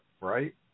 right